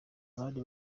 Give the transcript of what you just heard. abandi